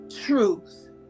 truth